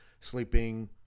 sleeping